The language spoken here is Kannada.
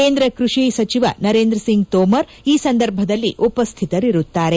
ಕೇಂದ್ರ ಕೃಷಿ ಸಚಿವ ನರೇಂದ್ರ ಸಿಂಗ್ ತೋಮರ್ ಈ ಸಂದರ್ಭದಲ್ಲಿ ಉಪಸ್ಥಿತರಿರುತ್ತಾರೆ